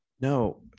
No